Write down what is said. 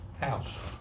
house